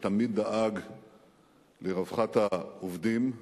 שתמיד דאג לרווחת העובדים ולחברה.